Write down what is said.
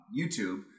YouTube